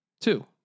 two